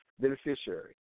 beneficiary